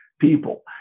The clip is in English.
people